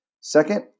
Second